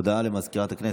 הודעה לסגנית מזכיר הכנסת,